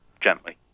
gently